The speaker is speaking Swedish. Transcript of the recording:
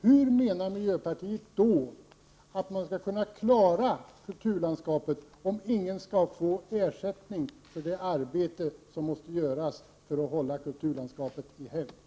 Hur menar miljöpartiet då att man skall klara kulturlandskapet, om ingen skall få ersättning för det arbete som måste göras för att hålla kulturlandskapet i helgd?